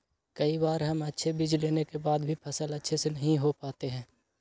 कई बार हम अच्छे बीज लेने के बाद भी फसल अच्छे से नहीं हो पाते हैं?